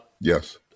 Yes